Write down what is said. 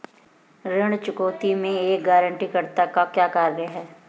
ऋण चुकौती में एक गारंटीकर्ता का क्या कार्य है?